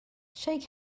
shake